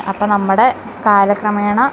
അപ്പം നമ്മുടെ കാല ക്രമേണ